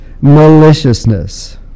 maliciousness